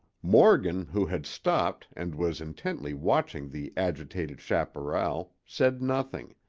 morgan, who had stopped and was intently watching the agitated chaparral, said nothing,